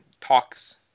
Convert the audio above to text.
talks